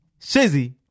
Shizzy